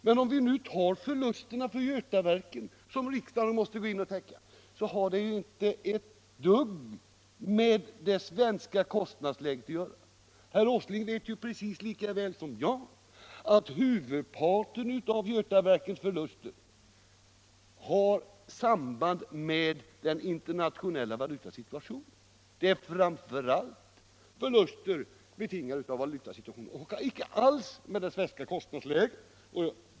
Men förlusterna för Götaverken, som riksdagen måste gå in och täcka, har ju inte ett dugg med det svenska kostnadsläget att göra. Herr Åsling vet precis lika väl som jag att huvudparten av Götaverkens förluster har samband med den internationella valutasituationen och icke alls med det svenska kostnadsläget.